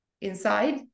inside